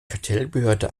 kartellbehörde